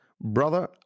brother